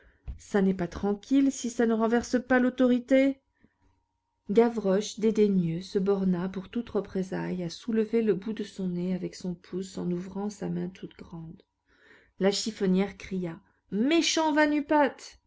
ça n'est pas tranquille si ça ne renverse pas l'autorité gavroche dédaigneux se borna pour toute représaille à soulever le bout de son nez avec son pouce en ouvrant sa main toute grande la chiffonnière cria méchant